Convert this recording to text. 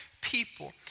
people